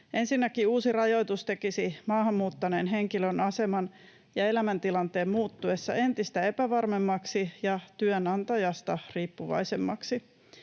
Ensinnäkin uusi rajoitus tekisi maahan muuttaneen henkilön aseman elämäntilanteen muuttuessa entistä epävarmemmaksi ja työnantajasta riippuvaisemmaksi.